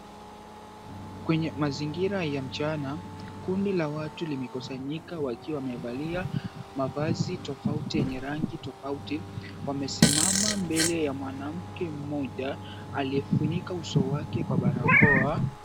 Kwenye mazingira ya mchana, kundi la watu limekusanyika wakiwa wamevalia mavazi tofauti yenye rangi tofauti. Wamesimama mbele ya mwanamke mmoja aliyefunika uso wake kwa barakoa.